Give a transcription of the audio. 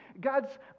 God's